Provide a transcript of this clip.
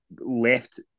left